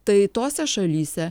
tai tose šalyse